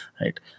right